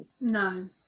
no